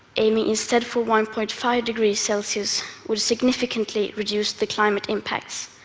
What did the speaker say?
aiming instead for one point five degrees celsius would significantly reduce the climate impacts.